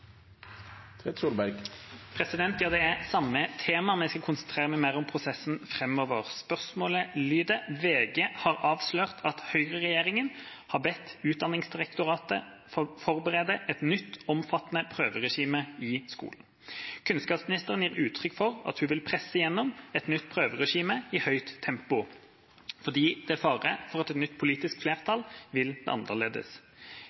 Det er samme tema, men jeg skal konsentrere meg mer om prosessen framover. Spørsmålet lyder: «VG har avslørt at høyreregjeringen har bedt Utdanningsdirektoratet forberede et nytt omfattende prøveregime i skolen. Kunnskapsministeren gir utrykk for at hun vil presse igjennom et nytt prøveregime i høyt tempo, fordi det er fare for at et nytt politisk